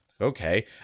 Okay